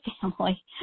family